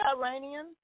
Iranian